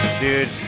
Dude